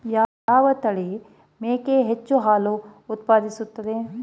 ಯಾವ ತಳಿಯ ಮೇಕೆ ಹೆಚ್ಚು ಹಾಲು ಉತ್ಪಾದಿಸುತ್ತದೆ?